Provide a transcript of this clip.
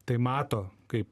tai mato kaip